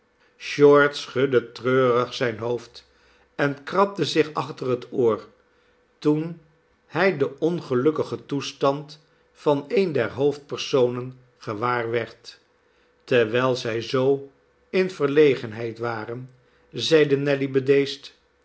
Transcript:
short schudde treurig zijn hoofd en krabde zich achter het oor toen hij den ongelukkigen toestand van een der hoofdpersonen gewaar werd terwijl zij zoo in verlegenheid waren zeide nelly